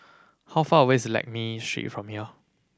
how far away is Lakme Street from here